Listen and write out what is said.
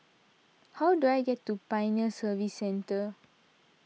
how do I get to Pioneer Service Centre